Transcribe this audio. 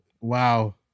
wow